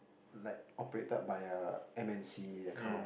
like operated by A_M_N_C that kind of